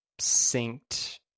synced